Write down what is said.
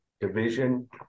division